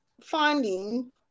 finding